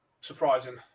surprising